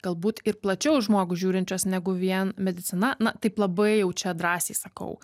galbūt ir plačiau į žmogų žiūrinčios negu vien medicina na taip labai jau čia drąsiai sakau